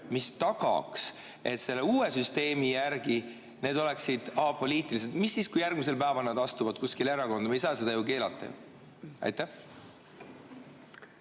mis tagaks, et uue süsteemi järgi nad oleksid apoliitilised? Mis siis, kui järgmisel päeval nad astuvad kuskile erakonda? Me ei saa seda ju keelata. Mõistan